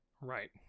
right